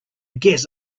guess